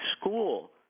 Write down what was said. school